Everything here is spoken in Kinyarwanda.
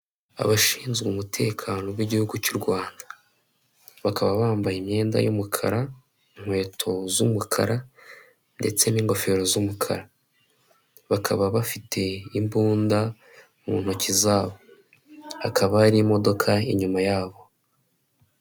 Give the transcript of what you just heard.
Abashinzwe umutekano b'igihugu cy'urwanda bakaba bambaye imyenda y'umukara, inkweto z'umukara ndetse n'ingofero z'umukara, bakaba bafite imbunda mu ntoki zabo, hakaba hari imodoka inyuma yabo.